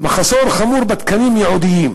מחסור חמור בתקנים ייעודיים,